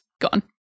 gone